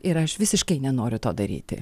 ir aš visiškai nenoriu to daryti